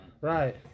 Right